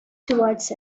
towards